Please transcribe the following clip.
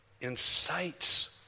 incites